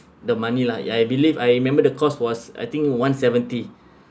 the money lah I believe I remember the cost was I think one seventy